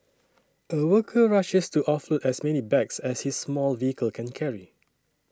a worker rushes to off as many bags as his small vehicle can carry